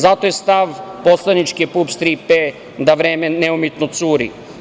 Zato je stav poslaničke grupe PUPS 3P da vreme neumitno curi.